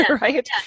right